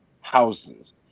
houses